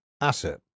asset